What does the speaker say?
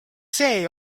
see